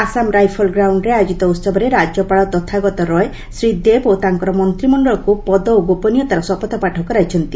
Assam rifle ଗ୍ରାଉଣ୍ଡ୍ରେ ଆୟୋଜିତ ଉତ୍ସବରେ ରାଜ୍ୟପାଳ ତଥାଗତ ରୟ ଶ୍ରୀ ଦେବ ଓ ତାଙ୍କର ମନ୍ତ୍ରିମଣ୍ଡଳକୁ ପଦ ଓ ଗୋପନୀୟତାର ଶପଥପାଠ କରାଇଛନ୍ତି